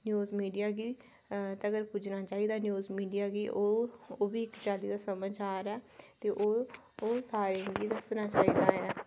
news media गी तक्कर पुज्जना चाहिदा न्यूज़ मीडिया गी ओह् ओह्बी इक्क चाल्ली दा समाचार ऐ ते ओह् सारें गी दस्सना चाहिदा